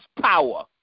power